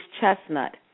Chestnut